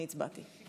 אני הצבעתי.